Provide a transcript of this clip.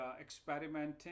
experimenting